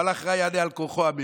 מלאך רע יענה אמן בעל כורחו,